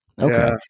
Okay